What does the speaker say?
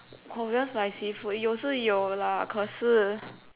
korean spicy food 有时有啦可是